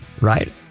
right